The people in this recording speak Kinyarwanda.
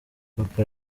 papa